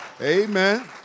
Amen